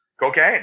cocaine